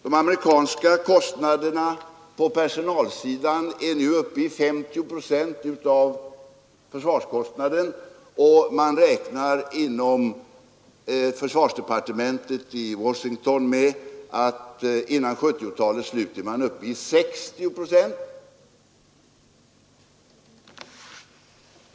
De amerikanska kostnaderna på personalsidan utgör nu 50 procent av försvarskostnaden, och försvarsdepartementet i Washington räknar med att innan 1970-talets slut är den andelen uppe i 60 procent.